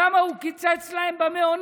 למה הוא קיצץ להם במעונות,